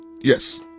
Yes